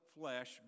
flesh